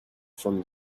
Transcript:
from